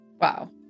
Wow